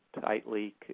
tightly